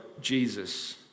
Jesus